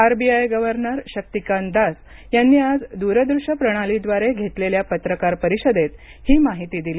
RBI governor Shaktikanta Das यांनी आज दूरदृश्य प्रणाली द्वारे घेतलेल्या पत्रकार परिषदेत ही माहिती दिली